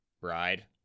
bride